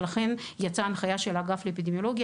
ולכן יצאה ההנחיה של האגף לאפידמיולוגיה,